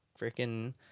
freaking